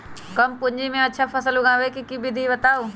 कम पूंजी में अच्छा फसल उगाबे के विधि बताउ?